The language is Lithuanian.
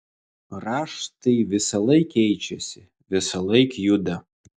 raštai visąlaik keičiasi visąlaik juda